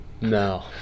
No